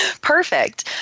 Perfect